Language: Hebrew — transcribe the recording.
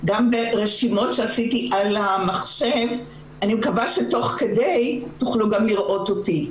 אסתכל ברשימות שעשיתי על המחשב ואני מקווה שתוכלו לראות אותי.